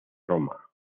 roma